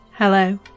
Hello